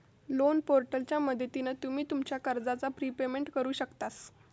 loan पोर्टलच्या मदतीन तुम्ही तुमच्या कर्जाचा प्रिपेमेंट करु शकतास